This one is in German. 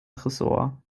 tresor